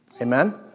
Amen